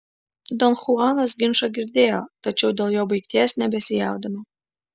don chuanas ginčą girdėjo tačiau dėl jo baigties nebesijaudino